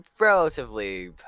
relatively